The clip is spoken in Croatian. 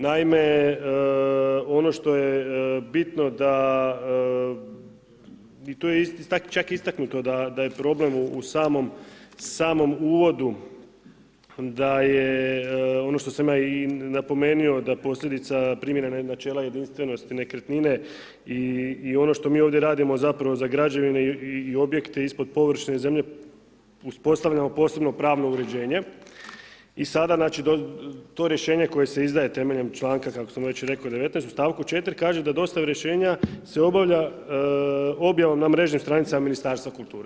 Naime, ono što je bitno da i čak istaknuto da je problem u samom uvodu da je ono što sam ja i napomenuo, da posljedica primjene načela jedinstvenosti nekretnine i ono što mi ovdje radimo zapravo za građevine i objekte ispod površine zemlje uspostavljamo posebno pravno uređenje i sada znači to rješenje koje se izdaje temeljem članka 19 u stavku 4 kaže da dostave rješenja se obavlja objavom na mrežnim stranicama Ministarstva kulture.